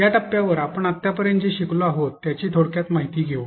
या टप्प्यावर आपण आत्तापर्यंत जे शिकलो आहोत त्याची थोडक्यात माहिती देऊ